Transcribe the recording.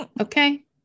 Okay